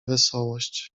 wesołość